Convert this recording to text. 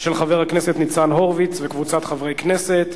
של חבר הכנסת ניצן הורוביץ וקבוצת חברי הכנסת.